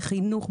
בחינוך,